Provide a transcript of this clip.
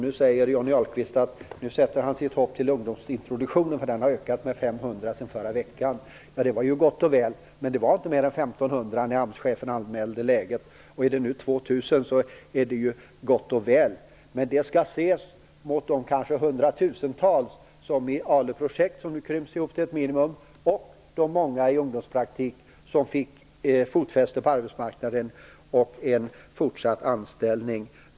Nu säger Johnny Ahlqvist att han sätter sitt hopp till ungdomsintroduktionen därför att den har ökat med 500 platser sedan förra veckan. Det var ju gott och väl, men det fanns inte mer än 1 500 platser när AMS-chefen anmälde läget. Är det nu 2 000 är det ju gott och väl, men det skall ses mot bakgrund av de kanske hundratusentals ALU-projekt som nu krymps ihop till ett minimum. Många i ungdomspraktik fick fotfäste på arbetsmarknaden och en fortsatt anställning.